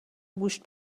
گوشت